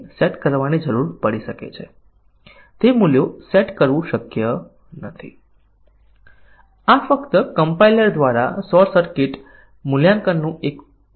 તેથી ખૂબ નાના પ્રોગ્રામ્સ માટે પરીક્ષણ સ્યુટ ડિઝાઇન કરવું સરળ છે જે તમામ નિવેદનોને આવરી લે